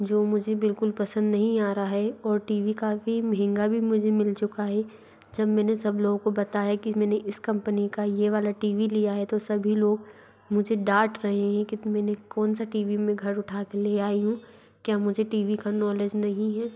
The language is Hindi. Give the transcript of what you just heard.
जो मुझे बिल्कुल पसंद नहीं आ रहा है और टी वी काफ़ी महंगा भी मुझे मिल चुका है जब मैंने सब लोगों को बताया कि मैंने इस कंपनी का ये वाला टी वी लिया है तो सभी लोग मुझे डांट रहे हैं कि मैंने कौन सा टी वी मैं घर उठा के ले आई हूँ क्या मुझे टी वी का नॉलेज नहीं है